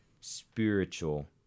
spiritual